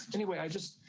anyway, i just,